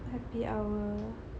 happy hour